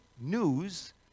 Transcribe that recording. news